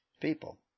people